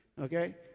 Okay